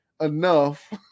enough